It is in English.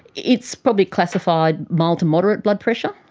it's probably classified mild-to-moderate blood pressure.